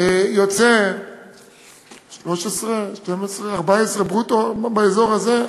יוצא 12,000, 13,000, 14,000 ברוטו, באזור הזה.